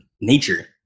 nature